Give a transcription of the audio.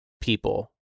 people